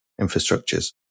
infrastructures